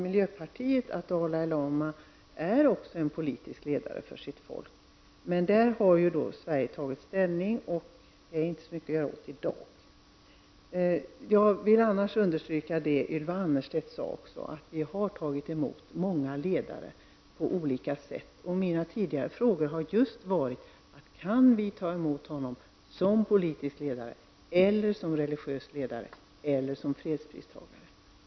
Miljöpartiet anser att Dalai Lama också är en politisk ledare för sitt folk. Där har Sverige tagit ställning, och det är inte så mycket att göra åt det i dag. Jag vill också understryka det som Ylva Annerstedt sade, att vi har tagit emot många ledare på olika sätt. Mina tidigare frågor har just varit: Kan vi ta emot honom som politisk ledare eller som religiös ledare eller som fredspristagare?